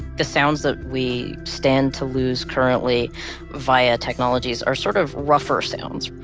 the sounds that we stand to lose currently via technologies are sort of rougher sounds,